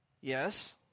Yes